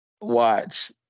Watch